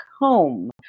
home